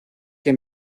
que